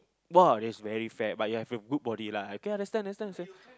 !wow! that's very fat but you have a good body lah okay lah understand understand